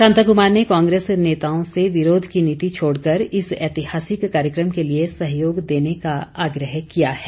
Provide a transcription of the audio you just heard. शांता कुमार ने कांग्रेस नेताओं से विरोध की नीति छोडकर इस ऐतिहासिक कार्यक्रम के लिए सहयोग देने का आग्रह किया है